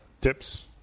tips